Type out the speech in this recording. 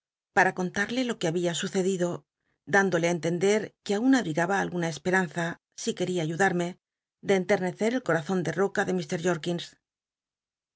para contarle lo que había sucedido dándole ti entender que aun abrigaba alguna esperanza si c ueria ayudarme de enternecer el corazon de roca de